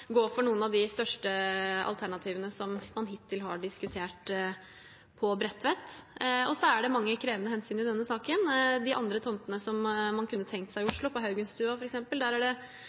gå for noen av de største alternativene på Bredtvet som man hittil har diskutert. Det er mange krevende hensyn i denne saken. Det er andre tomter som man kunne tenkt seg i Oslo, f.eks. på Haugenstua. Der er det